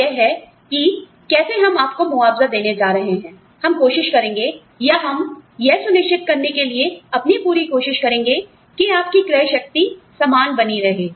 और यह है कि कैसे हम आपको मुआवजा देने जा रहे हैं हम कोशिश करेंगे या हम यह सुनिश्चित करने के लिए अपनी पूरी कोशिश करेंगे कि आपकी क्रय शक्ति समान बनी रहे